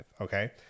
Okay